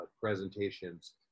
presentations